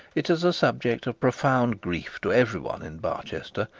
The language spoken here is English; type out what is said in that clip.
it is a subject of profound grief to every one in barchester,